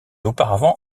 auparavant